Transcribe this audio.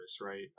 right